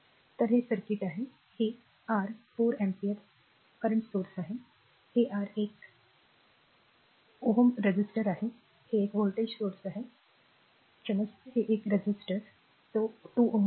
तर हे सर्किट आहे हे आर 4 अँपिअर चालू स्त्रोत आहे हे आर एक t Ω रेझिस्टर आहे हे एक व्होल्टेज स्त्रोत आहे क्षमस्व एक रेझिस्टर तो 2 Ω आहे